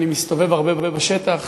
אני מסתובב הרבה בשטח